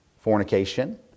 fornication